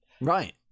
Right